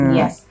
yes